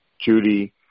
Judy